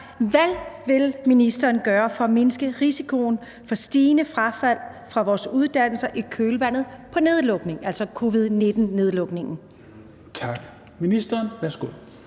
Hvad vil ministeren gøre for at mindske risikoen for stigende frafald fra vores uddannelser i kølvandet på nedlukningen,